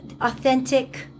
authentic